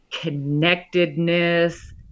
connectedness